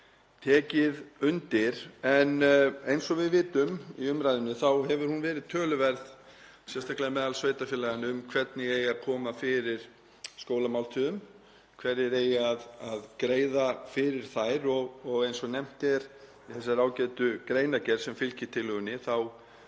tekið undir. Eins og við vitum þá hefur umræðan verið töluverð, sérstaklega meðal sveitarfélaganna, um hvernig eigi að koma fyrir skólamáltíðum, hverjir eigi að greiða fyrir þær, og eins og nefnt er í þessari ágætu greinargerð sem fylgir tillögunni þá